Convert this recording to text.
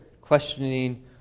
questioning